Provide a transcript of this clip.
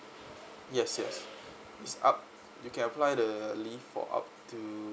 yes yes it's up you can apply the leave for up to